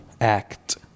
act